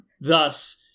thus